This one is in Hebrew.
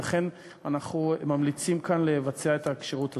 לכן אנחנו ממליצים כאן לבצע את הכשירות הזאת.